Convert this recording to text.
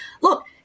look